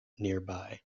nearby